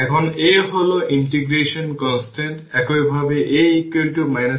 এখন আপনি যদি এই চিত্রে আসেন প্রথমে ধরুন যদি এই ভোল্টেজ v হয়